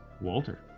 Walter